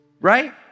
Right